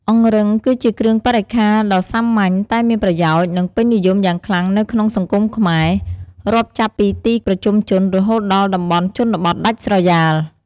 អង្រឹង គឺជាគ្រឿងបរិក្ខារដ៏សាមញ្ញតែមានប្រយោជន៍ និងពេញនិយមយ៉ាងខ្លាំងនៅក្នុងសង្គមខ្មែរ រាប់ចាប់ពីទីប្រជុំជនរហូតដល់តំបន់ជនបទដាច់ស្រយាល។